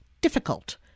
difficult